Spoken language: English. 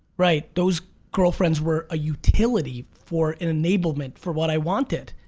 right those girlfriends were a utility for an enablement for what i wanted.